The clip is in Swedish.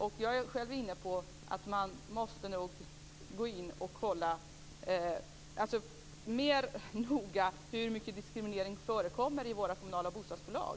Själv är jag inne på att man mera noga måste kontrollera hur mycket av diskriminering som förekommer i våra kommunala bostadsbolag.